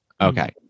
Okay